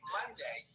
Monday